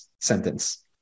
sentence